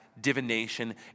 divination